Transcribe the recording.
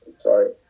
Sorry